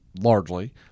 largely